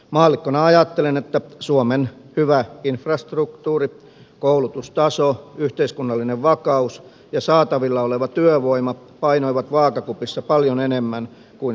maallikkona ajattelen että suomen hyvä infrastruktuuri koulutustaso yhteiskunnallinen vakaus ja saatavilla oleva työvoima painoivat vaakakupissa paljon enemmän kuin sähköveron ale